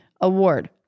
award